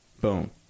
Boom